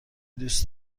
دوست